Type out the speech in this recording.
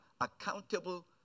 accountable